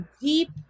deep